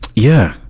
yeah,